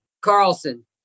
Carlson